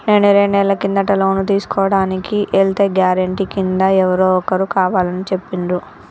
నేను రెండేళ్ల కిందట లోను తీసుకోడానికి ఎల్తే గారెంటీ కింద ఎవరో ఒకరు కావాలని చెప్పిండ్రు